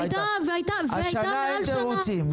השנה אין תירוצים.